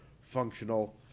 functional